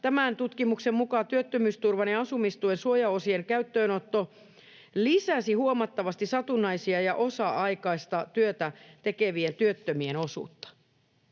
Tämän tutkimuksen mukaan työttömyysturvan ja asumistuen suojaosien käyttöönotto lisäsi huomattavasti satunnaista ja osa-aikaista työtä tekevien työttömien osuutta.